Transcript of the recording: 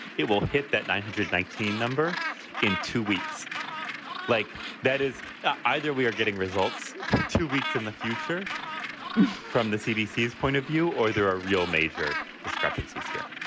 it will hit that nine hundred nineteen number in two weeks like that is either we are getting results for two weeks in the future from the cdc point of view or there are real major discrepancies here